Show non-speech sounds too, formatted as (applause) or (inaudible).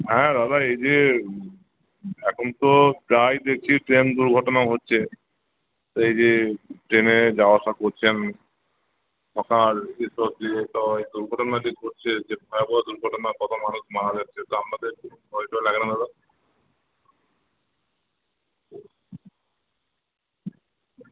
হ্যাঁ দাদা এই যে এখন তো প্রায় দেখছি ট্রেন দুর্ঘটনা হচ্ছে তা এই যে ট্রেনে যাওয়া আসা করছেন সকাল (unintelligible) দুর্ঘটনা যে ঘটছে যে ভয়াবহ দুর্ঘটনা কতো মানুষ মারা যাচ্ছে তা আপনাদের ভয় ডর লাগে না দাদা